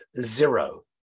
Zero